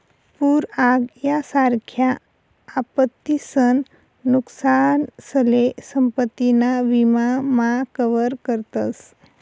पूर आग यासारख्या आपत्तीसन नुकसानसले संपत्ती ना विमा मा कवर करतस